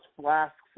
flasks